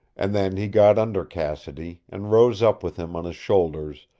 and then he got under cassidy, and rose up with him on his shoulders,